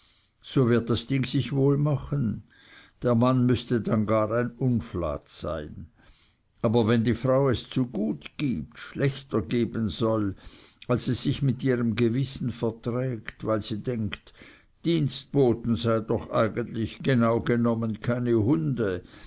so wird das ding sich wohl machen der mann müßte denn gar ein unflat sein aber wenn die frau es zu gut gibt schlechter geben soll als es sich mit ihrem gewissen verträgt weil sie denkt dienstboten seien doch eigentlich genau genommen keine hunde